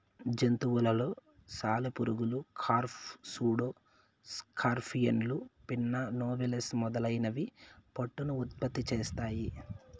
జంతువులలో సాలెపురుగులు, కార్ఫ్, సూడో స్కార్పియన్లు, పిన్నా నోబిలస్ మొదలైనవి పట్టును ఉత్పత్తి చేస్తాయి